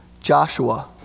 Joshua